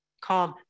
called